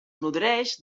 nodreix